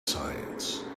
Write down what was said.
science